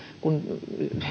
kun